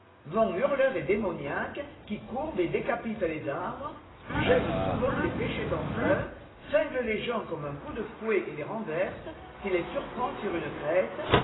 vent hurleur et démoniaque qui courbe et décapite les arbres gèle souvent les pêchers en fleur cingle les gens comme un coup de fouet et les renverse s'il les surprend sur une crête